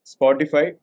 Spotify